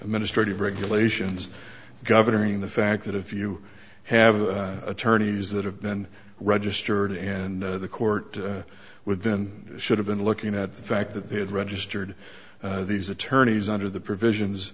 ministry of regulation ins governing the fact that if you have attorneys that have been registered and the court with and should have been looking at the fact that they had registered these attorneys under the provisions